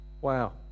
Wow